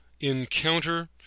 encounter